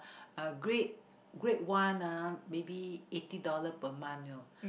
uh grade grade one ah maybe eighty dollar per month you know